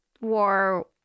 war